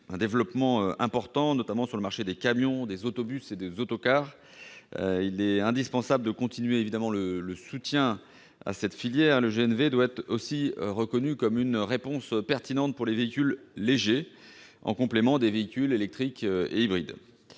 un développement important en France, notamment sur le marché des camions, des autobus et des autocars. Il est indispensable de continuer le soutien à cette filière, et le GNV doit être reconnu comme une réponse pertinente aussi pour les véhicules légers, en complément des véhicules électriques et hybrides.